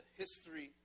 history